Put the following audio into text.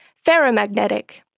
ferromagnetic,